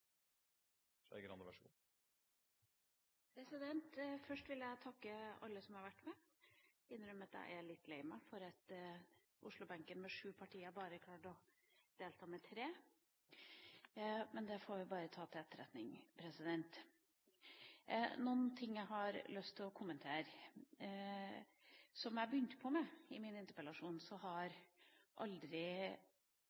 Først vil jeg takke alle som har vært med. Jeg må innrømme at jeg er litt lei meg for at Oslo-benken bare har klart å delta med representanter fra tre partier. Men det får jeg bare ta til etterretning. Det er noe jeg har lyst til å kommentere. Som jeg begynte med i min interpellasjon, er det slik at aldri har